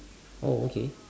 oh okay